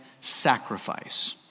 sacrifice